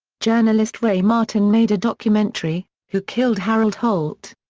journalist ray martin made a documentary, who killed harold holt,